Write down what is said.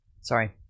Sorry